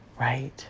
right